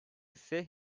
ise